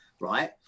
right